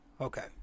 Okay